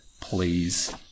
please